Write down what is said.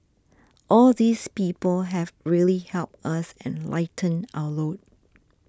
all these people have really helped us and lightened our load